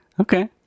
okay